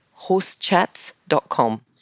horsechats.com